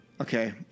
okay